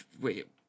Wait